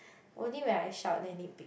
only when I shout then he pick